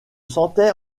sentait